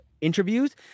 interviews